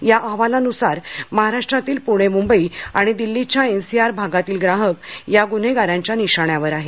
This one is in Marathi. या अहवालानुसार महाराष्ट्रातील पुणे मुंबई आणि दिल्लीच्या एन सी आर भागातील ग्राहकांना या गुन्हेगारांच्या निशाण्यावर आहेत